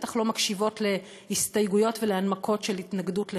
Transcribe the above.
בטח לא מקשיבות להסתייגויות ולהנמקות של התנגדות לחוק,